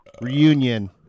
reunion